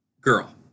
girl